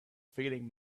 feeling